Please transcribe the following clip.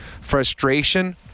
frustration